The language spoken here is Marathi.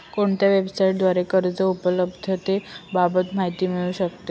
कोणत्या वेबसाईटद्वारे कर्ज उपलब्धतेबाबत माहिती मिळू शकते?